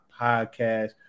Podcast